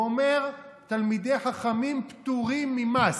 הוא אומר שתלמידי חכמים פטורים ממס.